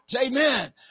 Amen